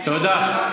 תודה.